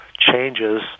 changes